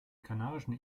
kanarischen